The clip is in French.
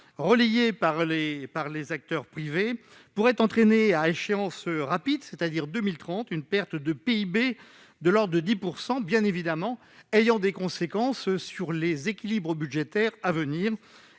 relayée par les acteurs privés, pourrait entraîner à échéance rapide, soit en 2030, une perte de PIB de l'ordre de 10 %, ce qui aurait bien évidemment des conséquences sur les équilibres budgétaires à venir.